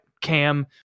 Cam